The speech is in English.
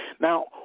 Now